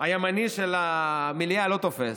הימני של המליאה לא תופס.